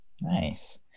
Nice